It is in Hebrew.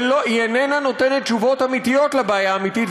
והיא איננה נותנת תשובות אמיתיות לבעיה האמיתית.